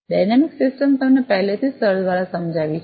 dynamics system તમને પહેલેથી જ સર દ્વારા સમજાવી છે